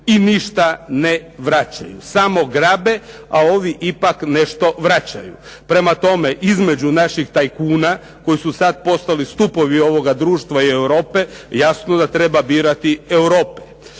i ništa ne vraćaju. Samo grabe, a ovi ipak nešto vraćaju. Prema tome, između naših tajkuna, koji su sad postali stupovi ovoga društva i Europe jasno da treba birati Europi.